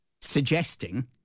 suggesting